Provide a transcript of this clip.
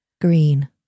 Green